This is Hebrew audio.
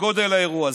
בגודל האירוע.